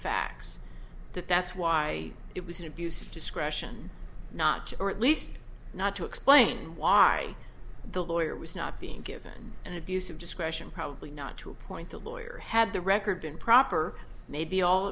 facts that that's why it was an abuse of discretion not to or at least not to explain why the lawyer was not being given an abuse of discretion probably not to appoint a lawyer had the record been proper maybe all